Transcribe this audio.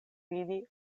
vidi